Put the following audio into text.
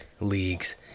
leagues